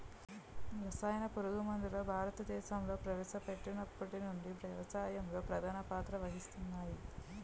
రసాయన పురుగుమందులు భారతదేశంలో ప్రవేశపెట్టినప్పటి నుండి వ్యవసాయంలో ప్రధాన పాత్ర వహిస్తున్నాయి